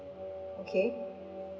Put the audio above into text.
okay